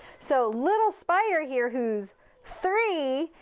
so little spyder here, who's three,